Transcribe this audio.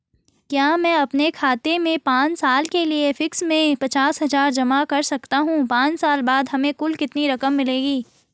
क्या मैं अपने खाते में पांच साल के लिए फिक्स में पचास हज़ार जमा कर सकता हूँ पांच साल बाद हमें कुल कितनी रकम मिलेगी?